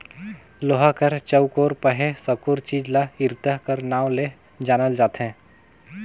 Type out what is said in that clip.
लोहा कर चउकोर पहे साकुर चीज ल इरता कर नाव ले जानल जाथे